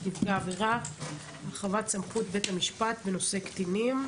אני מתכבדת לפתוח את ישיבת ועדת ביטחון הפנים.